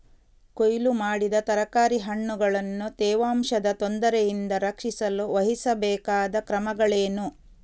ಕೊಯ್ಲು ಮಾಡಿದ ತರಕಾರಿ ಹಣ್ಣುಗಳನ್ನು ತೇವಾಂಶದ ತೊಂದರೆಯಿಂದ ರಕ್ಷಿಸಲು ವಹಿಸಬೇಕಾದ ಕ್ರಮಗಳೇನು?